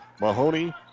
Mahoney